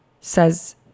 says